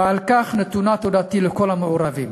ועל כך נתונה תודתי לכל המעורבים.